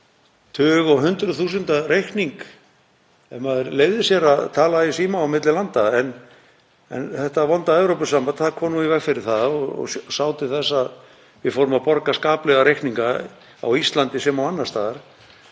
tug og hundruð þúsunda króna reikning ef maður leyfði sér að tala í síma milli landa en þetta vonda Evrópusamband kom í veg fyrir það og sá til þess að við fórum að borga skaplega reikninga á Íslandi sem og annars staðar.